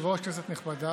כבוד היושב-ראש, כנסת נכבדה,